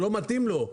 זה לא מתאים לו.